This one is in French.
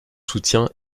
soutien